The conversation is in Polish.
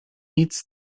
nic